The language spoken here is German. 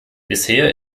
bisher